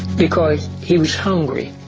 because he was hungry.